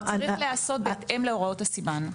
הכל צריך להיעשות בהתאם להוראות הסימן.